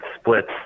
splits